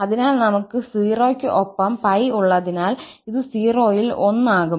അതിനാൽ നമുക് 0 ക്ക് ഒപ്പം 𝜋 ഉള്ളതിനാൽ ഇത് 0 ൽ 1 ആകും